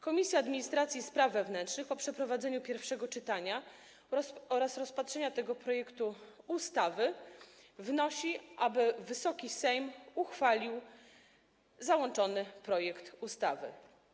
Komisja Administracji i Spraw Wewnętrznych po przeprowadzeniu pierwszego czytania oraz rozpatrzeniu tego projektu ustawy wnosi, aby Wysoki Sejm uchwalił załączony projekt ustawy.